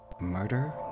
Murder